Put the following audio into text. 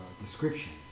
description